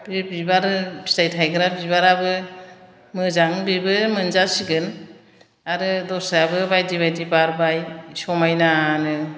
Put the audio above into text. बे बिबार फिथाइ थायग्रा बिबाराबो मोजां बेबो मोनजासिगोन आरो दस्रायाबो बायदि बायदि बारबाय समायनानो